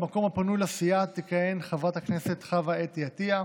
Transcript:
במקום הפנוי לסיעה תכהן חברת הכנסת חוה אתי עטייה,